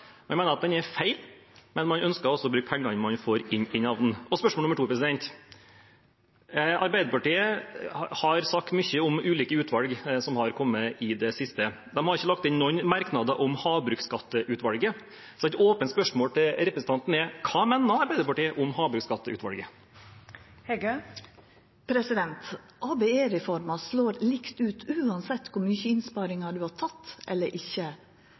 mener at den er feil, men man ønsker altså å bruke pengene man får inn av den. Spørsmål nummer to: Arbeiderpartiet har sagt mye om ulike utvalg som har kommet i det siste, men de har ikke lagt inn noen merknader om havbruksskatteutvalget. Så et åpent spørsmål til representanten er: Hva mener Arbeiderpartiet om havbruksskatteutvalget? ABE-reforma slår likt ut uansett kor mykje innsparingar ein har teke – eller